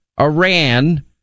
Iran